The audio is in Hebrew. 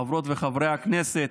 חברות וחברי הכנסת,